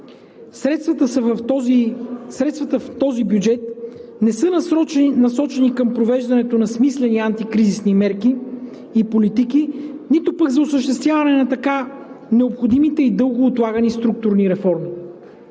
Средствата в този бюджет не са насочени към провеждането на смислени антикризисни мерки и политики, нито пък за осъществяване на необходимите и дълго отлагани структурни реформи.